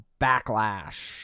Backlash